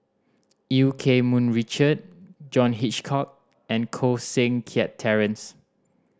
Eu Keng Mun Richard John Hitchcock and Koh Seng Kiat Terence